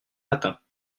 matins